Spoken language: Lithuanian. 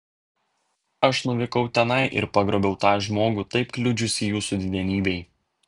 aš nuvykau tenai ir pagrobiau tą žmogų taip kliudžiusį jūsų didenybei